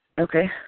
Okay